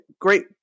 great